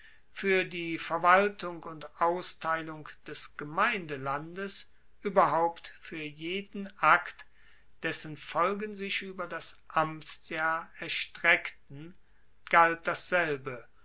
fuer die verwaltung und austeilung des gemeindelandes ueberhaupt fuer jeden akt dessen folgen sich ueber das amtsjahr erstreckten galt dasselbe